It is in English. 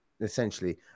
essentially